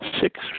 six